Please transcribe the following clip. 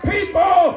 People